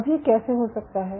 अब ये कैसे हो सकता है